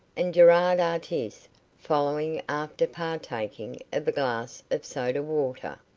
and gerard artis following after partaking of a glass of soda-water,